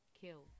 kill